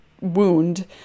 wound